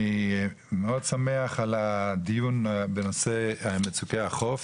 אני מאוד שמח על הדיון בנושא מצוקי החוף.